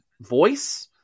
voice